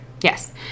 Yes